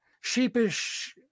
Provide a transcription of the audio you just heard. sheepish